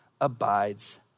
abides